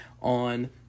on